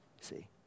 See